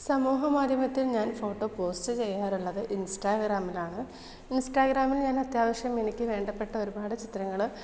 സമൂഹമാധ്യമത്തിൽ ഞാൻ photo post ചെയ്യാറുള്ളത് ഇൻസ്റ്റാഗ്രാമിലാണ് ഇൻസ്റ്റാഗ്രാമിൽ ഞാൻ അത്യാവശ്യം എനിക്ക് വേണ്ടപ്പെട്ട ഒരുപാട് ചിത്രങ്ങൾ